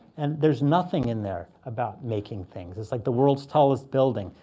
and there's nothing in there about making things. it's like the world's tallest building.